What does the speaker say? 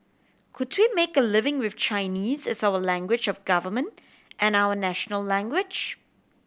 could we make a living with Chinese as our language of government and our national language